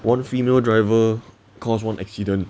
one female driver caused one accident